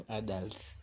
adults